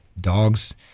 dogs